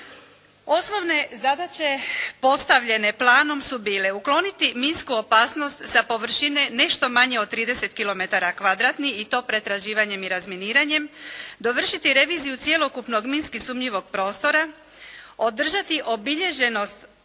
Osnovne zadaće postavljenje planom su bile: ukloniti minsku opasnost sa površine nešto manje od 30 kilometara kvadratnih i to pretraživanjem i razminiranjem, dovršiti reviziju cjelokupnog minski sumnjivog prostora, održati obilježenost